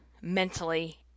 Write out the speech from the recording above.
mentally